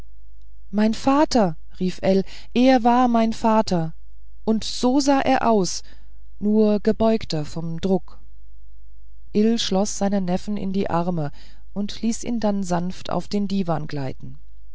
mein vater rief ell er war mein vater und so sah er aus nur gebeugter vom druck ill schloß seinen neffen in die arme und ließ ihn dann sanft auf den diwan gleiten